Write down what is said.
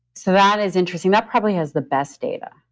so, that is interesting. that probably has the best data,